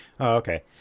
Okay